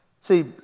See